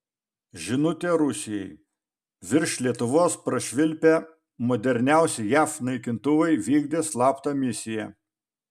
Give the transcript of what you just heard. žinutė rusijai virš lietuvos prašvilpę moderniausi jav naikintuvai vykdė slaptą misiją